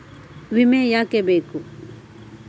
ವಿಮೆ ಯಾಕೆ ಬೇಕು?